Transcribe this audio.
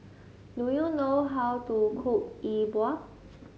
do you know how to cook E Bua